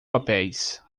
papéis